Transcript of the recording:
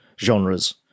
genres